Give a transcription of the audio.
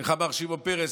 איך אמר שמעון פרס?